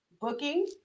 Booking